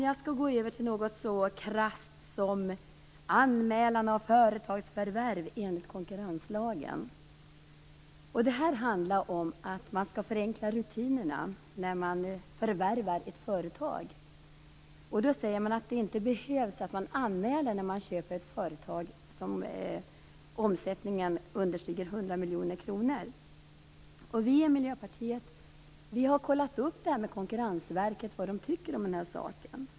Jag skall nu gå över till något så krasst som anmälan om företagsförvärv enligt konkurrenslagen. Det handlar om att förenkla rutinerna vid förvärv av ett företag. Det sägs att det inte är nödvändigt med en anmälan när man köper ett företag om omsättningen understiger 100 miljoner kronor. Vi i Miljöpartiet har kontrollerat vad Konkurrensverket tycker om detta.